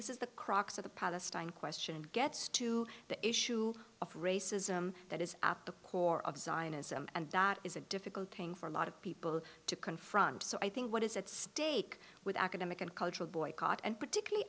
this is the crux of the palestine question and gets to the issue of racism that is at the core of zionism and that is a difficult thing for a lot of people to confront so i think what is at stake with academic and cultural boycott and particularly